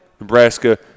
Nebraska